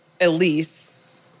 Elise